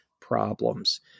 problems